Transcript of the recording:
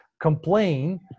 complain